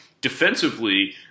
Defensively